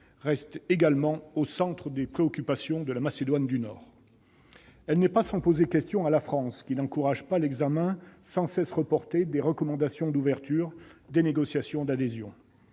reste également au centre des préoccupations. Elle ne va pas sans poser question à la France, qui n'encourage pas l'examen, sans cesse reporté, des recommandations d'ouverture des négociations d'adhésion.